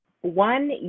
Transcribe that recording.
One